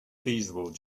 feasible